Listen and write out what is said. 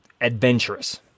adventurous